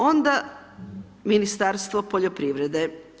Onda Ministarstvo poljoprivrede.